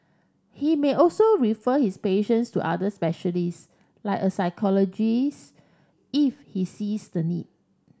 he may also refer his patients to other specialists like a psychologists if he sees the need